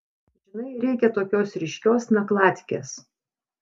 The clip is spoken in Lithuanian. žinai reikia tokios ryškios nakladkės